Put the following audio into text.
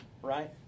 Right